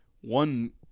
One